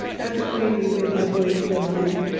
that way we will avoid the lion.